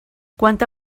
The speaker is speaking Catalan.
quanta